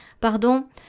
Pardon